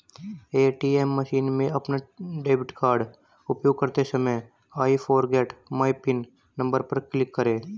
ATM machine में अपना debit card उपयोग करते समय I forget my PIN number पर क्लिक करें